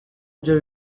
byo